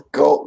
go